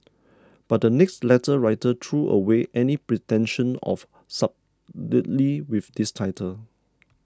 but the next letter writer threw away any pretension of subtlety with this title